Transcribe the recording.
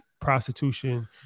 prostitution